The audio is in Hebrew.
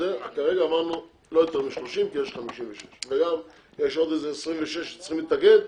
כרגע עברנו לא יותר מ-30 כי יש 56. גם יש עוד 26 שצריכים להתאגד,